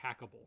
hackable